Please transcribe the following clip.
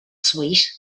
sweet